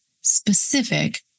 specific